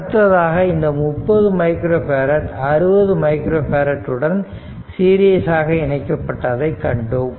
அடுத்ததாக இந்த 30 micro farad 60 micro farad உடன் சீரியசாக இணைக்கப்பட்டதை கண்டோம்